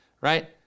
right